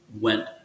went